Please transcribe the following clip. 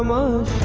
um of